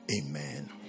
amen